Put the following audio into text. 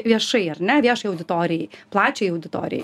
viešai ar ne viešai auditorijai plačiai auditorijai